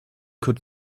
could